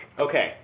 Okay